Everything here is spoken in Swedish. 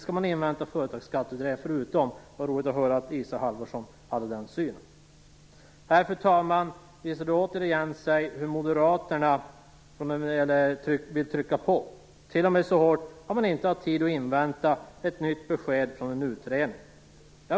Ett undantag är Isa Halvarsson. Det var roligt att höra att hon har samma uppfattning som vi i frågan. Fru talman! Återigen visar det sig att Moderaterna vill driva på, t.o.m. så snabbt att man inte har tid att invänta ett nytt besked från en utredning.